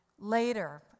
Later